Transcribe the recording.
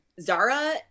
Zara